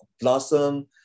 blossom